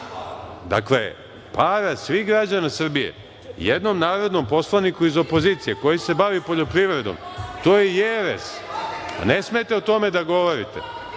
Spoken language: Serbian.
budžeta para svih građana Srbije jednom narodnom poslaniku iz opozicije koji se bavi poljoprivredom, to je jeres, ne smete o tome da govorite,